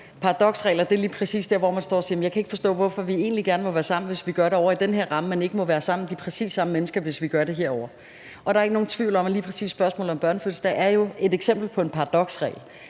Paradoksregler er lige præcis, når man siger: Jamen jeg kan ikke forstå, hvorfor vi egentlig gerne må være sammen, hvis vi gør det ovre i den her ramme, men ikke må være sammen med præcis de samme mennesker, hvis vi gør det ovre i den anden ramme. Der er ikke nogen tvivl om, at lige præcis spørgsmålet om børnefødselsdage er et eksempel på en paradoksregel,